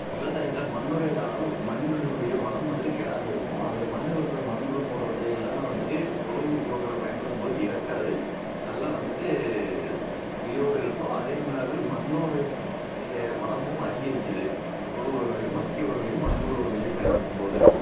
விவசாயத்தில் மண்ணுடைய அளவு மண்ணினுடைய வளம் வந்துட்டு கெடாமல் இருக்கும் அதில் மண்ணில் இருக்கிற மண் புழு போன்றவற்றை எல்லாமே வந்துட்டு தொழு உரங்களை பயன்படுத்தும்போது இறக்காது நல்லா வந்துட்டு உயிரோடிருக்கும் அதே நேரத்தில் மண்ணுடைய வளமும் அதிகரிக்குது தொழு உரங்களையும் மட்கிய உரங்களையும் மண் புழு உரங்களையும் பயன்படுத்தும்போது